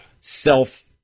self